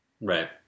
Right